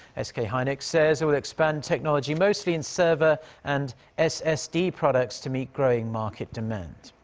ah sk ah hynix says it will expand technology mostly in server and ssd products to meet growing market demand.